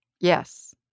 Yes